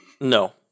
No